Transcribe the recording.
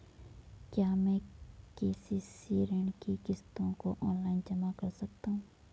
क्या मैं के.सी.सी ऋण की किश्तों को ऑनलाइन जमा कर सकता हूँ?